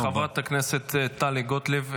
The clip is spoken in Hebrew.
חברת הכנסת טלי גוטליב,